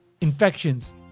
infections